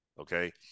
okay